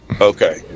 Okay